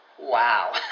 wow